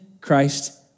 Christ